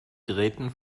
gräten